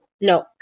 no